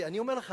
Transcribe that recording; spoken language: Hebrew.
שאני אומר לך,